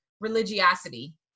religiosity